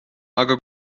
aga